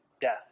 death